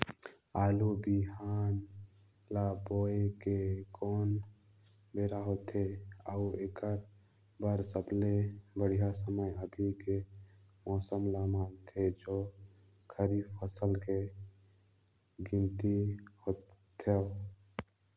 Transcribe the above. आलू बिहान ल बोये के कोन बेरा होथे अउ एकर बर सबले बढ़िया समय अभी के मौसम ल मानथें जो खरीफ फसल म गिनती होथै?